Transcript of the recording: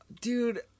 Dude